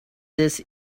this